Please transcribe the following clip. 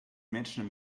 menschen